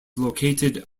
located